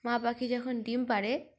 মা পাখি যখন ডিম পাড়ে